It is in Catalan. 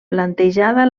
plantejada